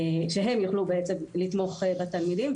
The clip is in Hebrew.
שהם יוכלו בעצם לתמוך בתלמידים.